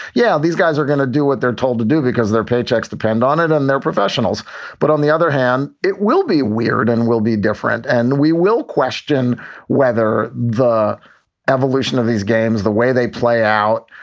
yeah, these guys are gonna do what they're told to do because their paychecks depend on it and they're professionals but on the other hand, it will be weird and we'll be different. and we will question whether the evolution of these games, the way they play out,